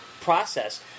process